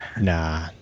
Nah